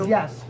Yes